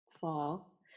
fall